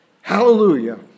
Hallelujah